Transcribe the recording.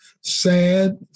sad